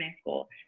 school